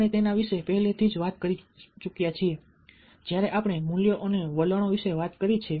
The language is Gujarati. આપણે તેના વિશે પહેલેથી જ વાત કરી ચૂક્યા છીએ જ્યારે આપણે મૂલ્યો અને વલણ વિશે વાત કરી છે